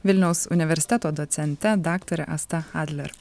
vilniaus universiteto docente daktare asta adler